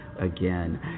again